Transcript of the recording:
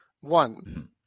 One